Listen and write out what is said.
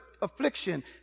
affliction